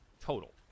total